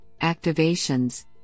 activations